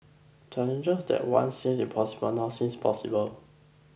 challenges that once seemed impossible now seems possible